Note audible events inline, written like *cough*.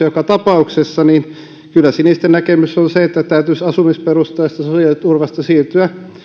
*unintelligible* joka tapauksessa kyllä sinisten näkemys on se että täytyisi asumisperusteisesta sosiaaliturvasta siirtyä